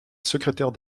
secrétaire